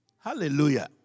Hallelujah